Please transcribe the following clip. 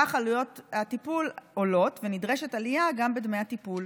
כך עלויות הטיפול עולות ונדרשת עלייה גם בדמי הטיפול.